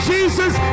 Jesus